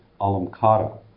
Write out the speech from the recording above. alamkara